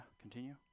continue